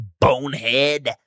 bonehead